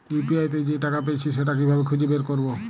UPI তে যে টাকা পেয়েছি সেটা কিভাবে খুঁজে বের করবো?